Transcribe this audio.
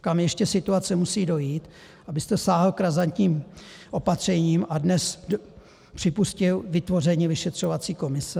Kam ještě situace musí dojít, abyste sáhl k razantním opatřením a dnes připustil vytvoření vyšetřovací komise?